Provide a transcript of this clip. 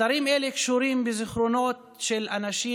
אתרים אלה קשורים בזיכרונות של אנשים